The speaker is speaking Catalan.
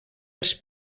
els